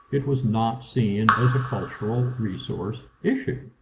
it was not seen as a cultural resource issue.